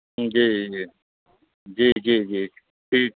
जी जी जी जी जी ठीक